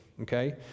okay